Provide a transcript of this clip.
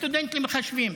סטודנט למחשבים,